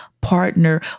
partner